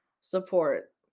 support